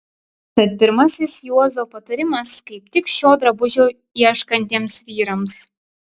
tad pirmasis juozo patarimas kaip tik šio drabužio ieškantiems vyrams